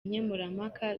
nkemurampaka